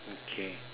okay